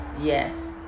Yes